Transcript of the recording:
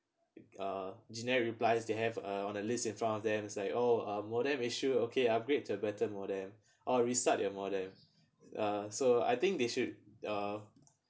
uh generic replies they have uh on the list in front of them it's like oh modem issue okay upgrade to better modem or restart your modem uh so I think they should uh